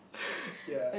yeah